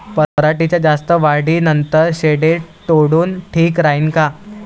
पराटीच्या जास्त वाढी नंतर शेंडे तोडनं ठीक राहीन का?